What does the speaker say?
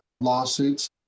lawsuits